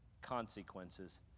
consequences